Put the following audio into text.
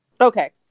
Okay